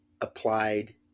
applied